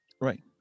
Right